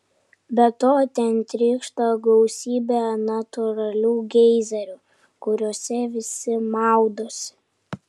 be to ten trykšta gausybė natūralių geizerių kuriuose visi maudosi